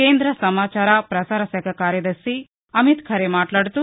కేంద్ర సమాచార ప్రసారశాఖ కార్యదర్శి అమిత్ ఖరే మాట్లాడుతూ